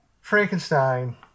frankenstein